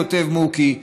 כותב מוקי,